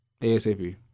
ASAP